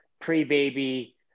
pre-baby